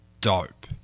dope